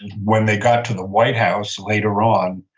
when they got to the white house later on,